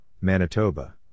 Manitoba